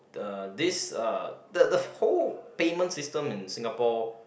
uh this uh the the whole payment system in Singapore